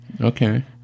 Okay